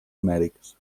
numèrics